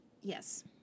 yes